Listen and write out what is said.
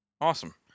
awesome